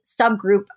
subgroup